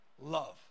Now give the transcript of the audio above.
Love